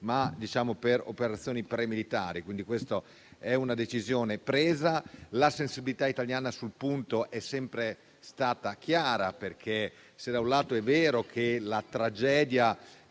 ma per operazioni premilitari. Questa è una decisione presa. La sensibilità italiana sul punto è sempre stata chiara: se, da un lato, è vero che la tragedia